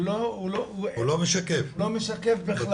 הוא לא משקף בכלל.